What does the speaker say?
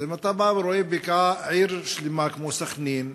אז אם אתה בא ורואה עיר שלמה כמו סח'נין,